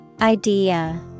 Idea